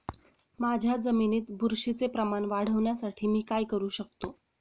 माझ्या जमिनीत बुरशीचे प्रमाण वाढवण्यासाठी मी काय करू शकतो?